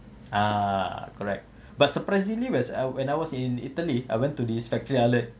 ah correct but surprisingly where's uh when I was in italy I went to this factory outlet